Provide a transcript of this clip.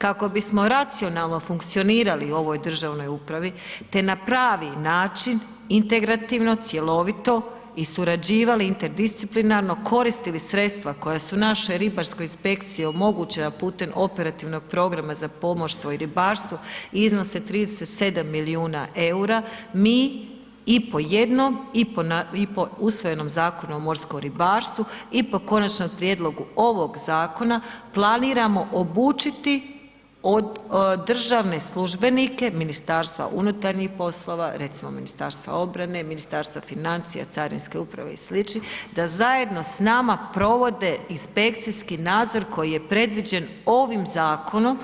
Kako bi smo racionalno funkcionirali u ovoj državnoj upravi te na pravi način integrativno, cjelovito i surađivali interdisciplinarno, koristili sredstva koje su naše ribarske inspekcije omogućile pute operativnog programa za pomorstvo i ribarstvo, iznose 37 milijuna eura, mi i po jednom i po usvojenom Zakonu o morskom ribarstvu i po konačnom prijedlogu ovog zakona, planiramo obučiti državne službenike MUP-a, recimo i Ministarstva obrane, Ministarstva financija i carinske uprave i sl., da zajedno s nama provode i inspekcijski nadzor koji je predviđen ovim zakonom